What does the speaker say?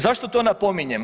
Zašto to napominjem?